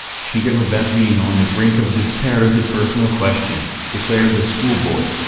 shigalov s being on the brink of despair is a personal question, declared the schoolboy.